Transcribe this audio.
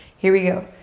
here we go.